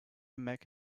make